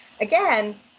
again